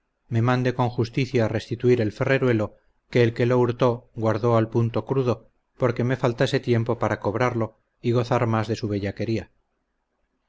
me mande con justicia restituir el ferreruelo que el que lo hurtó guardó al punto crudo porque me faltase tiempo para cobrarlo y gozar más de su